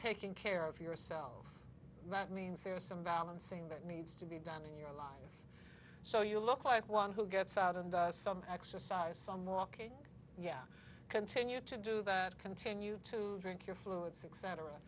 taking care of yourself that means there are some balancing that needs to be done in your life so you look like one who gets out and does some exercise some walking yeah continue to do that continue to drink your fluids